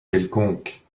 quelconque